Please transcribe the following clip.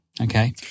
Okay